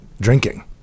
drinking